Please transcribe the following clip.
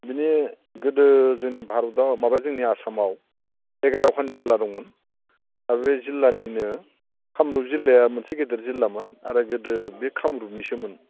बिनि गोदो जोंनि भारतआव माबा जोंनि आसामाव एगार' खान जिल्ला दंमोन दा बे जिल्लानिनो कामरुप जिल्लाया मोनसे गेदेर जिल्लामोन आरो गोदो बे कामरुपनिसोमोन